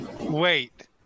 Wait